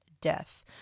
death